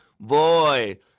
Boy